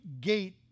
gate